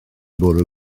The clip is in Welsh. bwrw